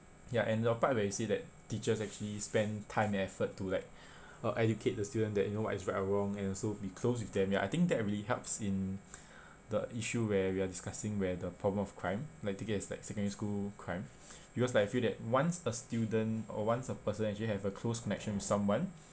ya and the part where you say that teachers actually spend time and effort to like uh educate the student that you know what is right or wrong and also be close with them ya I think that really helps in the issue where we are discussing where the problem of crime like take it as like secondary school crime because like I feel that once a student or once a person actually have a close connection with someone